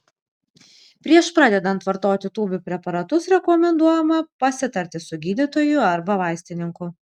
prieš pradedant vartoti tūbių preparatus rekomenduojama pasitarti su gydytoju arba vaistininku